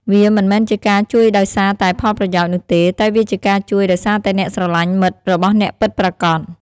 វាមិនមែនជាការជួយដោយសារតែផលប្រយោជន៍នោះទេ តែវាជាការជួយដោយសារតែអ្នកស្រលាញ់មិត្តរបស់អ្នកពិតប្រាកដ។